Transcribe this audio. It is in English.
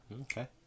Okay